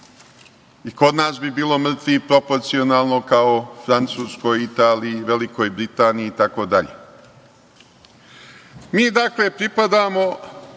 i kod nas bi bilo mrtvih proporcijalno kao u Francuskoj, Italiji, Velikoj Britaniji itd. Mi pripadamo